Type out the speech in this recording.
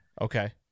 Okay